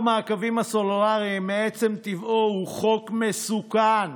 חוק המעקבים הסלולריים מעצם טבעו הוא חוק מסוכן,